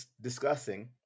discussing